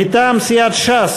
מטעם סיעת ש"ס,